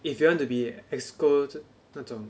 if you want to be EXCO 那种